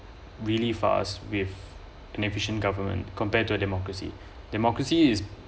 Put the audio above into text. really fast with an efficient government compare to the democracy democracy is